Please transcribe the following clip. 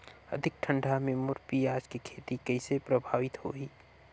अधिक ठंडा मे मोर पियाज के खेती कइसे प्रभावित होही?